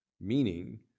meaning